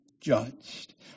judged